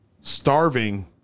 starving